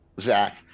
Zach